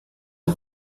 the